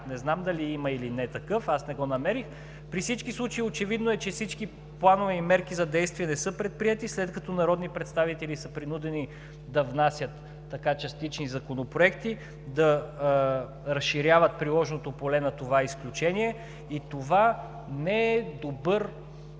Не знам дали има или не такъв, аз не го намерих. При всички случаи очевидно е, че всички планове и мерки за действие не са предприети, след като народни представители са принудени да внасят частични законопроекти, да разширяват приложното поле на това изключение. Това не е добър